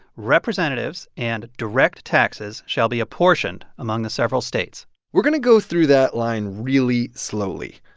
representatives and direct taxes shall be apportioned among the several states we're going to go through that line really slowly.